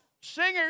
singers